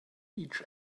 each